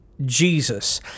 Jesus